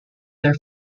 their